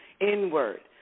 inward